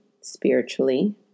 spiritually